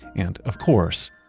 and, of course,